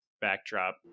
Backdrop